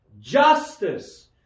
Justice